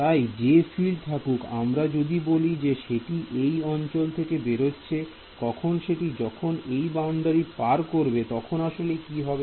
তাই যে ফিল্ড থাকুক আমরা যদি বলি যে সেটি এই অঞ্চল থেকে বেরোচ্ছে কখন সেটি যখন এই বাউন্ডারি পার করবে তখন আসলে কি হবে